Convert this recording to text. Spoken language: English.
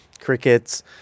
crickets